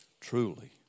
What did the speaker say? truly